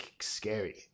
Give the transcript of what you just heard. scary